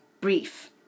brief